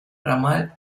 ramal